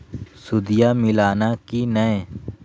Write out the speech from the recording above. सुदिया मिलाना की नय?